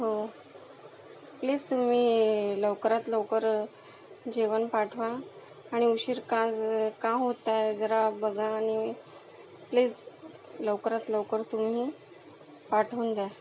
हो प्लीज तुम्ही लवकरात लवकर जेवण पाठवा आणि उशीर का ज का होत आहे जरा बघा आणि प्लीज लवकरात लवकर तुम्ही पाठवून द्या